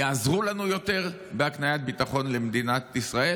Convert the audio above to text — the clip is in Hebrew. יעזרו לנו יותר בהקניית ביטחון למדינת ישראל?